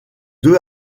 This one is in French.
deux